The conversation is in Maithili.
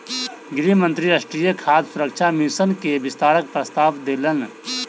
गृह मंत्री राष्ट्रीय खाद्य सुरक्षा मिशन के विस्तारक प्रस्ताव देलैन